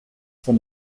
von